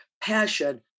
passion